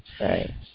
right